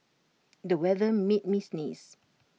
the weather made me sneeze